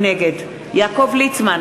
נגד יעקב ליצמן,